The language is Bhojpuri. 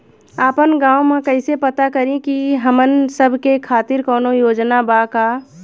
आपन गाँव म कइसे पता करि की हमन सब के खातिर कौनो योजना बा का?